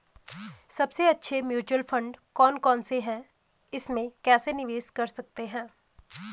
सबसे अच्छे mutual fund कौन कौनसे हैं इसमें कैसे निवेश कर सकते हैं?